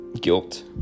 guilt